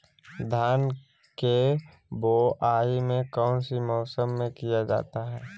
धान के बोआई कौन सी मौसम में किया जाता है?